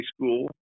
school